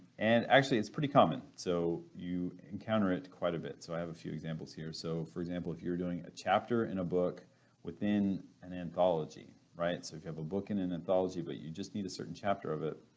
and actually it's pretty common so you encounter it quite a bit. so i have a few examples here, so, for example, if you're doing a chapter in a book within an anthology right, so if you have a book in an anthology but you just need a certain chapter of it,